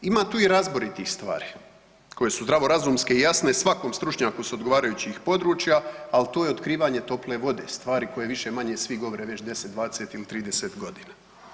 Ima tu i razboritih stvari koje su zdravo razumske i jasne svakom stručnjaku sa odgovarajućih područja, ali to je otkrivanje tople vode, stvari koje više-manje svi govore već 20 ili 30 godina.